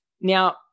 Now